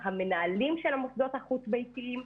המנהלים של המוסדות החוץ-ביתיים.